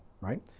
right